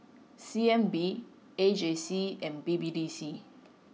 C N B A J C and B B D C